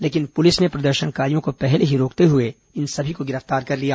लेकिन पुलिस ने प्रदर्शनकारियों को पहले ही रोकते हुए इन सभी को गिरफ्तार कर लिया